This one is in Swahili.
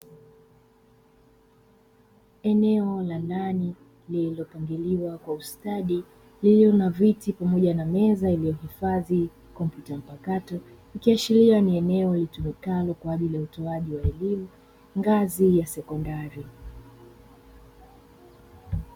Eneo la ndani lililopangiliwa kwa ustadi lililo na viti pamoja na meza iliyohifadhi kompyuta mpakato, ikiashiria ni eneo litumikalo kwa ajili ya utoaji wa elimu ngazi ya sekondari.